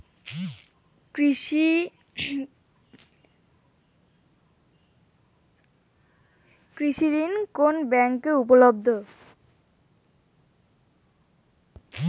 কৃষি ঋণ কোন কোন ব্যাংকে উপলব্ধ?